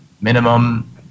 minimum